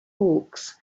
hawks